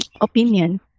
opinion